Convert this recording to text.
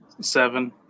seven